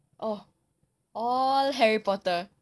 oh all harry potter